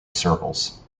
circles